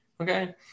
okay